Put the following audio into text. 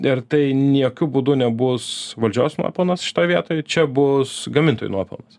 ir tai jokiu būdu nebus valdžios nuopelnas šitoj vietoj čia bus gamintojų nuopelnas